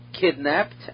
kidnapped